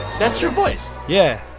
that's your voice? yeah,